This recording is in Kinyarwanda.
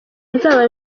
nzaba